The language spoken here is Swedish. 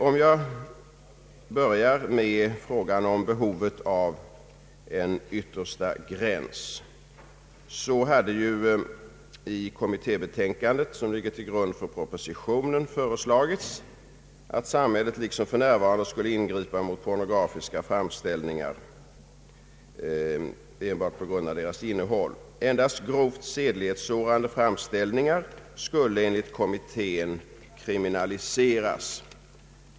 För att börja med frågan om beho vet av en yttersta gräns, vill jag nämna att i det kommittébetänkande som ligger till grund för propositionen hade föreslagits att samhället liksom för närvarande skulle ingripa mot pornografiska framställningar enbart på grund av deras innehåll. Endast grovt sedlighetssårande framställningar skulle enligt kommittén kriminaliseras.